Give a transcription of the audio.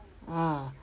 ah